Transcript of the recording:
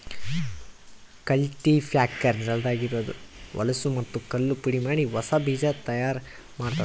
cultipacker ನೆಲದಾಗ ಇರದ್ ಹೊಲಸೂ ಮತ್ತ್ ಕಲ್ಲು ಪುಡಿಮಾಡಿ ಹೊಸಾ ಬೀಜ ತೈಯಾರ್ ಮಾಡ್ತುದ